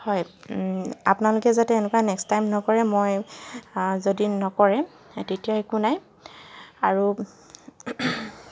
হয় আপোনালোকে যাতে এনেকুৱা নেক্সট টাইম নকৰে মই যদি নকৰে তেতিয়া একো নাই আৰু